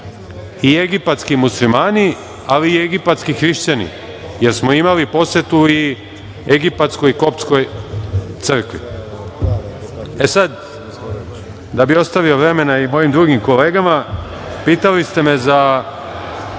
i egipatski muslimani, ali i egipatski hrišćani, jer smo imali posetu i egipatskoj koptskoj crkvi. Da bi ostavio vremena i mojim drugim kolegama pitali ste me za